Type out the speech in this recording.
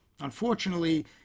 unfortunately